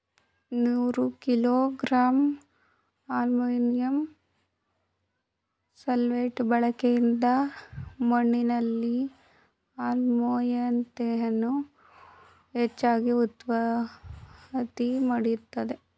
ನೂರು kilogram ammonium sulphate ಬಳಕೆಯಿಂದ ಮಣ್ಣಿನಲ್ಲಿ ಆಮ್ಲೀಯತೆಯನ್ನು ಹೆಚ್ಚಾಗಿ ಉತ್ಪತ್ತಿ ಮಾಡ್ತದೇ